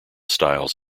styles